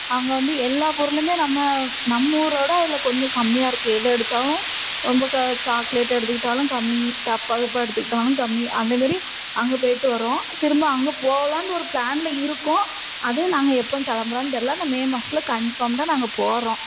அங்கே வந்து எல்லா பொருளுமே நம்ம நம்ம ஊரோடய அதில் கொஞ்சம் கம்மியாக இருக்குது எது எடுத்தாலும் ரொம்ப க சாக்லேட் எடுத்துக்கிட்டாலும் கம்மி டப்பா கிப்பா எடுக்கிட்டாலும் கம்மி அந்த மாரி அங்கே போயிட்டு வரோம் திரும்ப அங்கே போகலான்னு ஒரு ப்ளானில் இருக்கோம் அதையும் நாங்கள் எப்போ கிளம்புறோன்னு தெரில ஆனால் மே மாசத்தில் கன்ஃபார்முடா நாங்கள் போகிறோம்